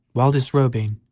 while disrobing,